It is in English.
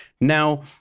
Now